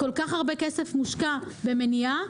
כל כך הרבה כסף מושקע במניעה,